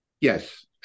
Yes